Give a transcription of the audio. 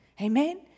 Amen